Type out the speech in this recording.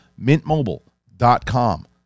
Mintmobile.com